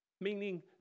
meaning